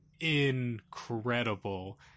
incredible